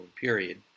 period